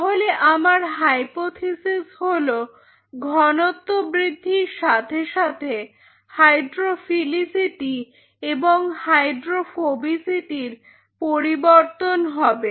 তাহলে আমার হাইপোথিসিস হলো ঘনত্ব বৃদ্ধির সাথে সাথে হাইড্রোফিলিসিটি এবং হাইড্রোফোবিসিটির পরিবর্তন হবে